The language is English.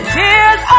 tears